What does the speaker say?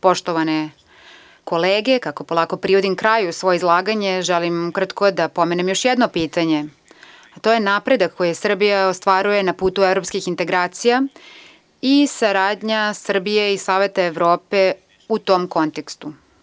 Poštovane kolege, kako polako privodim kraju svoje izlaganje, želim ukratko da pomenem još jedno pitanje, a to je napredak koji Srbija ostvaruje na putu evropskih integracija i saradnja Srbije i Saveta Evrope u tom kontekstu.